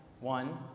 One